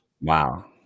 Wow